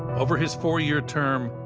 over his four-year term,